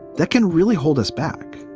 that can really hold us back.